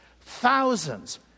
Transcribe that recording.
thousands